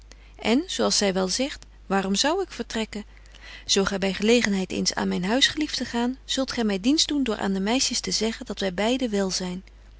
en zo als zy wel zegt waarom zou ik vertrekken zo gy by gelegenheid eens aan myn huis gelieft te gaan zult gy my dienst doen door aan de meisjes te zeggen dat wy beide wel